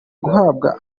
guhabwa